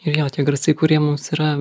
ir jo tie garsai kurie mums yra